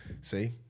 See